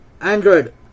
Android